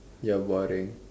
you are boring